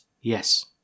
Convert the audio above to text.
Yes